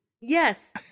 Yes